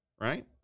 right